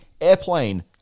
Airplane